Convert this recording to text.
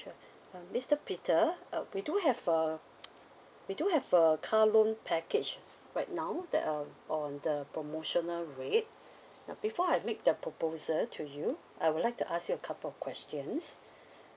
sure uh mister peter uh we do have a we do have a car loan package right now that uh on the promotional rate now before I make the proposal to you I would like to ask you a couple of questions